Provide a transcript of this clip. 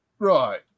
Right